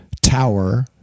tower